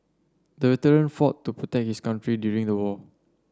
the veteran fought to protect his country during the war